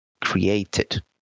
created